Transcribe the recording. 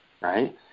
Right